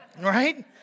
Right